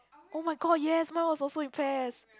oh-my-god yes my was also in pairs